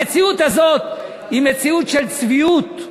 המציאות הזאת היא מציאות של צביעות.